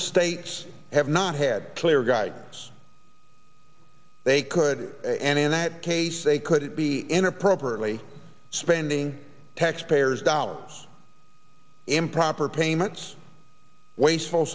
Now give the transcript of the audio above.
states have not had clear guidance they could and in that case they couldn't be in appropriately spending taxpayers dollars improper payments wasteful